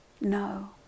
No